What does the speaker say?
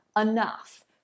enough